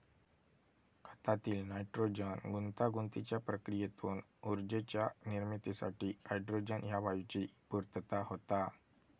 खतातील नायट्रोजन गुंतागुंतीच्या प्रक्रियेतून ऊर्जेच्या निर्मितीसाठी हायड्रोजन ह्या वायूची पूर्तता होता